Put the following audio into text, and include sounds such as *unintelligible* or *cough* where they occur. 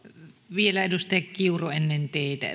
vielä edustaja kiuru ennen teitä *unintelligible*